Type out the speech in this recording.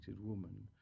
woman